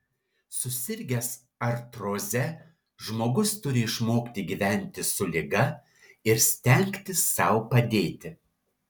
susirgęs artroze žmogus turi išmokti gyventi su liga ir stengtis sau padėti